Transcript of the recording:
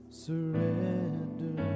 surrender